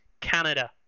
canada